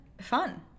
fun